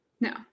No